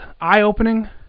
eye-opening